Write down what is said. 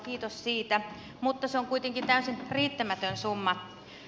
kiitos siitä mutta se on kuitenkin täysin riittämätön summa